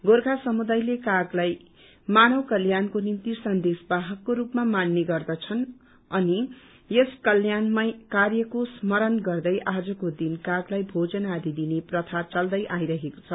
गोर्खा समुदायले कागलाई मानव कल्याणको निम्ति सन्देश वाहकको रूपमा मात्रे गर्दछन् अनि यस कल्याणमय कार्यको स्मरण गर्दै आजको दिन कागलाई भोजन आदि दिने प्रथा चल्दै आइरहेको छ